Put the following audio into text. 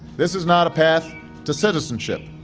this is not a path to citizenship.